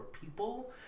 people